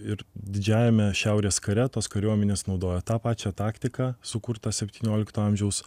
ir didžiajame šiaurės kare tos kariuomenės naudojo tą pačią taktiką sukurtą septyniolikto amžiaus